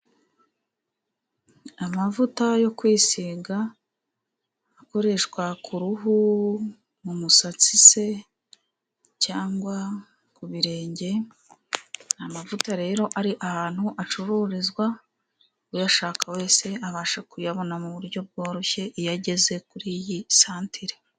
Amavuta yo kwisiga akoreshwa ku ruhu, mu musatsi se, cyangwa ku birenge, amavuta rero ari ahantu acururizwa, uyashaka wese abasha kuyabona mu buryo bworoshye iyo ageze kuri iyi santire.